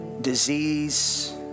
disease